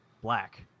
black